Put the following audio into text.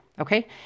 okay